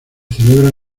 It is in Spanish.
celebran